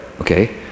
okay